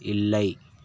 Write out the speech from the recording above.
இல்லை